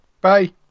Bye